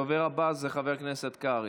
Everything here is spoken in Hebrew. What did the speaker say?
הדובר הבא זה חבר הכנסת קרעי.